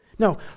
No